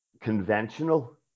conventional